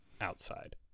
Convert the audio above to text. outside